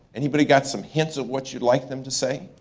anybody got some hints of what you'd like them to say?